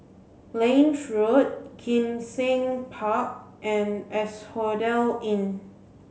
Lange Road Kim Seng Park and Asphodel Inn